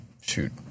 shoot